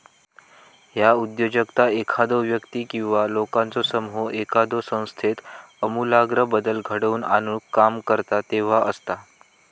ह्या उद्योजकता एखादो व्यक्ती किंवा लोकांचो समूह एखाद्यो संस्थेत आमूलाग्र बदल घडवून आणुक काम करता तेव्हा असता